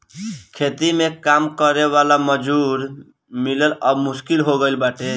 खेती में काम करे वाला मजूर मिलल अब मुश्किल हो गईल बाटे